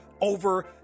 over